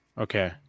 Okay